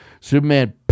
Superman